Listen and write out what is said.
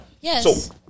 Yes